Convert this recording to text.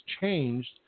changed